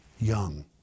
young